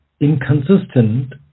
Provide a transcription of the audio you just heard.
inconsistent